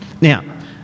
Now